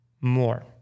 more